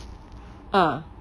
uh